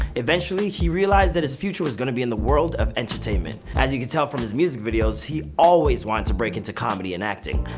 eventually he realized that his future was going to be in the world of entertainment. as you can tell from his music videos, he always wanted to break into comedy and acting,